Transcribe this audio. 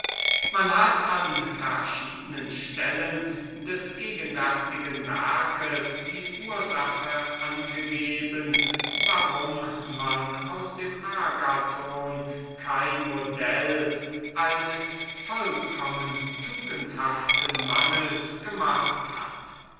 man hat an verschiedenen stellen des gegenwärtigen werks die ursachen angegeben warum man aus dem agathon kein modell eines vollkommen tugendhaften mannes gemacht hat